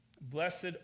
Blessed